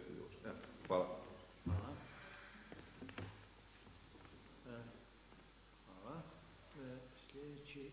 Hvala lijepa. … [[Govornik nije uključen.]]